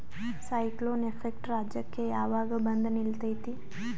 Cyclone effect ರಾಜ್ಯಕ್ಕೆ ಯಾವಾಗ ಬಂದ ನಿಲ್ಲತೈತಿ?